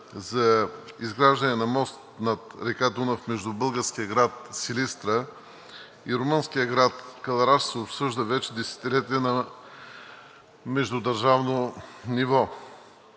за изграждане на мост над река Дунав между българския град Силистра и румънския град Кълъраш се обсъжда вече десетилетия на междудържавно ниво.